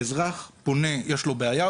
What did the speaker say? לאזרח יש בעיה,